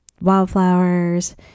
wildflowers